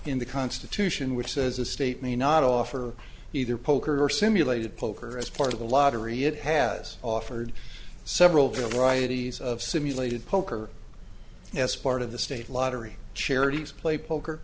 in the constitution which says a state may not offer either poker or simulated poker as part of the lottery it has offered several to riot e s of simulated poker as part of the state lottery charities play poker